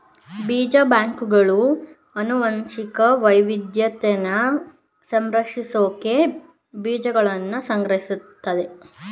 ಬೀಜ ಬ್ಯಾಂಕ್ಗಳು ಅನುವಂಶಿಕ ವೈವಿದ್ಯತೆನ ಸಂರಕ್ಷಿಸ್ಸೋಕೆ ಬೀಜಗಳ್ನ ಸಂಗ್ರಹಿಸ್ತದೆ